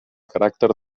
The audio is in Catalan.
caràcter